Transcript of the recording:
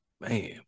Man